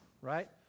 right